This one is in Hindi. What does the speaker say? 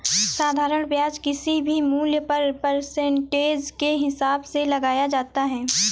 साधारण ब्याज किसी भी मूल्य पर परसेंटेज के हिसाब से लगाया जाता है